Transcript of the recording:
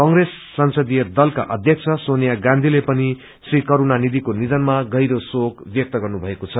कंप्रेस संसदीय दलका अध्यक्ष सोनिया गाँपीले पनि श्री कस्रणा निधिको निधनमा गहिरो शोक व्यक्त गर्नुभएको छ